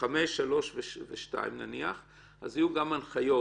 חמש, שלוש ושתיים נניח, אז יהיו גם הנחיות